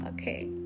Okay